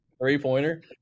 Three-pointer